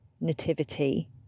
nativity